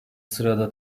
sırada